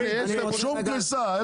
לא היה שום קריסה.